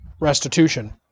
restitution